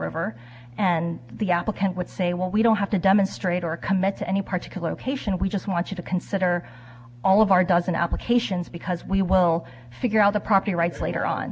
river and the applicant would say well we don't have to demonstrate or commit to any particle ok ssion we just want you to consider all of our dozen applications because we well figure out the property rights later on